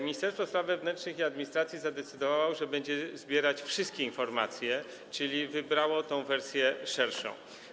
Ministerstwo Spraw Wewnętrznych i Administracji zadecydowało, że będzie zbierać wszystkie informacje, czyli wybrało tę wersję szerszą.